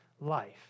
life